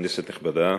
כנסת נכבדה,